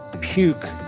puke